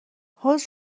حوض